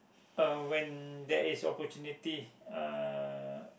um when there is opportunity uh